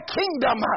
kingdom